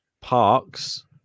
Parks